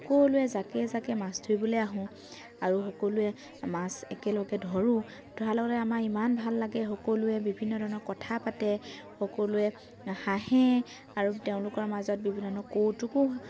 সকলোৱে জাকে জাকে মাছ ধৰিবলৈ আহোঁ আৰু সকলোৱে মাছ একেলগে ধৰোঁ ধৰাৰ লগে লগে আমাৰ ইমান ভাল লাগে সকলোৱে বিভিন্ন ধৰণৰ কথা পাতে সকলোৱে হাঁহে আৰু তেওঁলোকৰ মাজত বিভিন্ন ধৰণৰ কৌতুকো